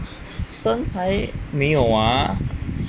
身材没有啊